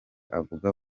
avuga